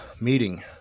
meeting